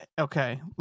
okay